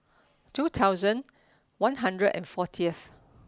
two thousand one hundred and fortieth